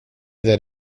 that